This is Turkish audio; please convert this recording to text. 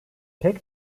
pek